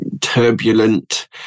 turbulent